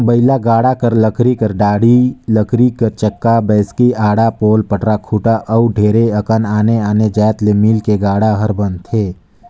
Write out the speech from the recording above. बइला गाड़ा लकरी कर डाड़ी, लकरी कर चक्का, बैसकी, आड़ा, पोल, पटरा, खूटा अउ ढेरे अकन आने आने जाएत ले मिलके गाड़ा हर बनथे